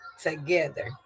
together